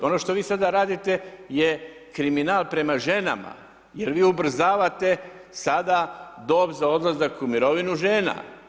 Ovo što vi sada radite je kriminal prema ženama, jer vi ubrzavate, sada, dob za odlazak u mirovinu žena.